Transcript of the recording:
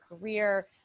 career